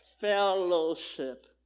fellowship